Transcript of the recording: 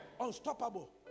Unstoppable